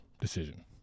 decision